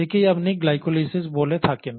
একেই আপনি গ্লাইকোলাইসিস বলে থাকেন